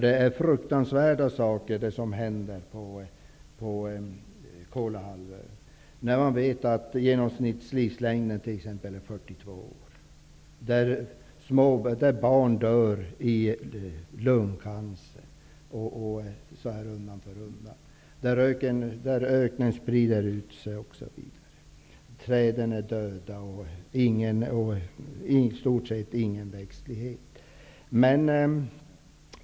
Det är fruktansvärda saker som händer på Kolahalvön. Man vet t.ex. att genomsnittslivslängden är 42 år, och små barn dör i lungcancer. Öknen sprider sig, träden är döda, och det finns i stort sett ingen växtlighet.